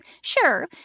Sure